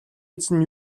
эзэн